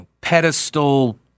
pedestal